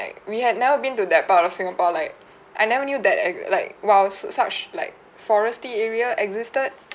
like we had never been to that part of singapore like I never knew that like !wow! s~ such like forestry area existed